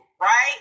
right